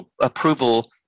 approval